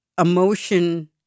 emotion